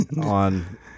on